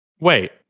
Wait